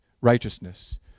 righteousness